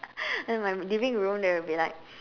and then my living room there will be like